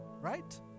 right